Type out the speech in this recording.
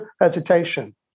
Hesitation